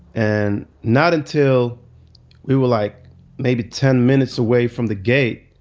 and not until we were like maybe ten minutes away from the gate,